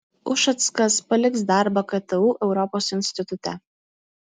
ušackas paliks darbą ktu europos institute